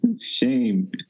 Shame